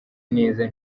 neza